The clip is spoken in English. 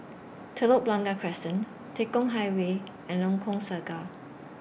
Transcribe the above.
Telok Blangah Crescent Tekong Highway and Lengkok Saga